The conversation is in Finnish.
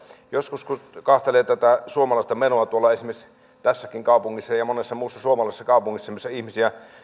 joskus kun katselee tätä suomalaista menoa tuolla esimerkiksi tässäkin kaupungissa ja ja monessa muussa suomalaisessa kaupungissa missä ihmisiä